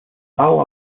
pau